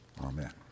Amen